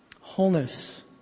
wholeness